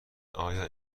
آیا